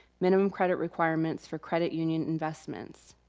minimum credit requirements for credit union investments.